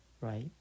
right